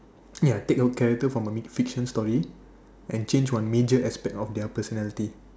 ya take your character from a mi~ fiction story and change one major aspect of their personality